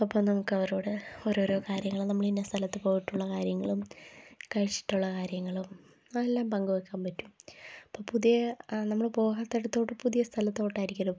അപ്പോള് നമുക്കവരോട് ഓരോരോ കാര്യങ്ങള് നമ്മളിന്ന സ്ഥലത്ത് പോയിട്ടുള്ള കാര്യങ്ങളും കഴിച്ചിട്ടുള്ള കാര്യങ്ങളും അതെല്ലാം പങ്കുവെക്കാൻ പറ്റും അപ്പോള് പുതിയ നമ്മള് പോകാത്തിടത്തോട്ട് പുതിയ സ്ഥലത്തോട്ടായിരിക്കുമല്ലോ പോകുന്നത്